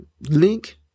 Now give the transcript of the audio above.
link